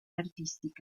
artística